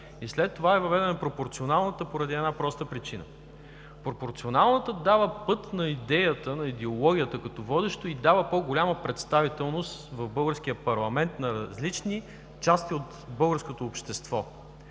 След това е въведена пропорционалната система поради една проста причина. Пропорционалната система дава път на идеята, на идеологията като водеща и дава по-голяма представителност в българския парламент на различни части от българското общество.